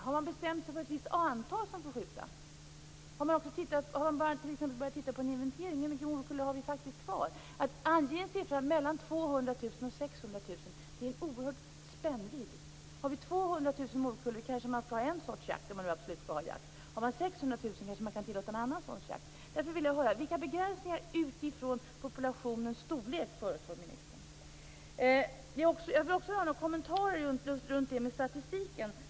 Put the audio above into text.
Har man bestämt sig för ett visst antal som får skjutas? Har man t.ex. börjat göra en inventering av hur mycket morkulla som finns kvar? Att ange siffran 200 000-600 000 innebär en oerhörd spännvidd. Finns det 200 000 morkullor kanske man skall ha en sorts jakt, om man absolut skall bedriva jakt. Finns det 600 000 kanske man kan tillåta en annan sorts jakt. Därför vill jag höra vilka begränsningar ministern föreslår utifrån populationens storlek. Jag vill också höra några kommentarer till statistiken.